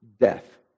death